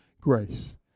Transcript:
grace